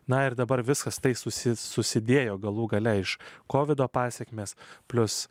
na ir dabar viskas taisosi susidėjo galų gale iš kovido pasekmės plius